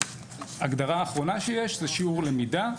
ההגדרה האחרונה שיש היא שיעור למידה,